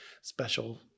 special